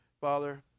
Father